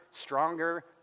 stronger